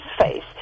face